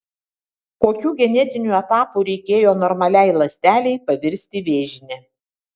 kokių genetinių etapų reikėjo normaliai ląstelei pavirsti vėžine